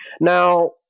Now